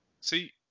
See